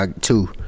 Two